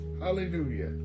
hallelujah